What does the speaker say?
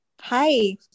Hi